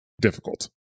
difficult